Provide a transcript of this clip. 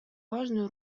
важную